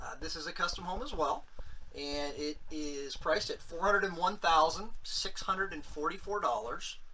this is a custom home as well and it is priced at four hundred and one thousand six hundred and forty four dollars.